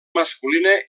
masculina